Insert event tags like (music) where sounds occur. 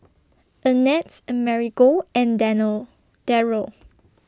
Annette's Amerigo and (unintelligible) Daryl